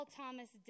Thomas